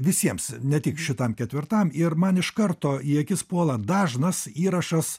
visiems ne tik šitam ketvirtam ir man iš karto į akis puola dažnas įrašas